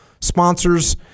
sponsors